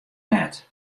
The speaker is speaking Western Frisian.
net